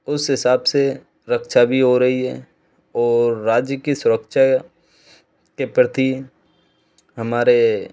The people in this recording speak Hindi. उस हिसाब से रक्षा भी हो रही है और राज्य की सुरक्षा के प्रति हमारे